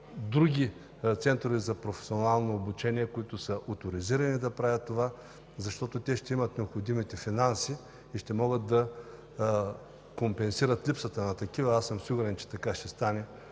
други центрове за професионално обучение, които са оторизирани да правят това, защото ще имат необходимите финанси и ще могат да компенсират липсата на такива. Сигурен съм, че така ще стане